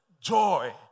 joy